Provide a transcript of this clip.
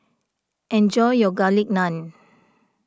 enjoy your Garlic Naan